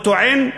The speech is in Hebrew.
הוא טוען: